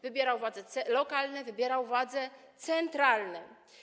Wybierał władze lokalne, wybierał władze centralne.